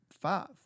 five